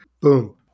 Boom